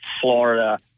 Florida